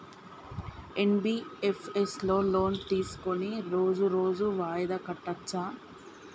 NBFS లో loan తీస్కొని రోజు రోజు వాయిదా కట్టచ్ఛా?